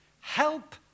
Help